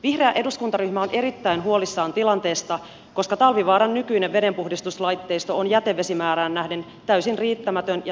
vihreä eduskuntaryhmä on erittäin huolissaan tilanteesta koska talvivaaran nykyinen vedenpuhdistuslaitteisto on jätevesimäärään nähden täysin riittämätön ja toimimaton ratkaisu